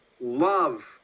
love